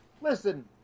listen